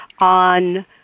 on